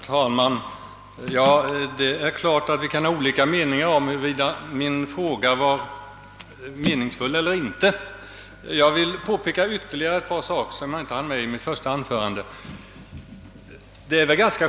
Herr talman! Det är klart att det kan råda delade meningar huruvida min fråga var meningsfull eller inte. Jag vill påpeka ytterligare ett par saker som jag inte hann ta upp i mitt första anförande.